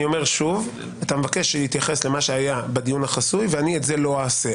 אתה מבקש שאתייחס למה שהיה חלק מדיון חסוי ואני לא אעשה את זה.